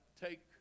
take